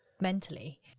mentally